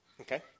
Okay